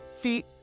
feet